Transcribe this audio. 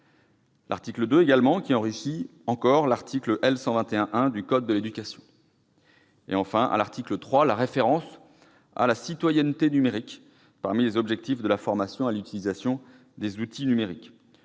l'article 2, qui enrichit encore l'article L. 121-1 du code de l'éducation ; à l'article 3, la référence à la « citoyenneté numérique » parmi les objectifs de la formation à l'utilisation des outils numériques.